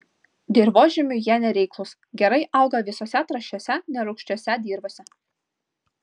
dirvožemiui jie nereiklūs gerai auga visose trąšiose nerūgščiose dirvose